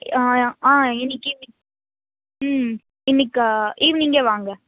ஆ இன்னிக்கு ம் இன்னிக்கு ஈவினிங்கே வாங்க